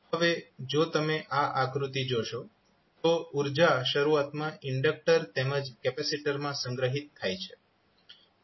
હવે જો તમે આ આકૃતિ જોશો તો ઉર્જા શરૂઆતમાં ઇન્ડકટર તેમજ કેપેસિટર માં સંગ્રહિત થાય છે